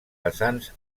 vessants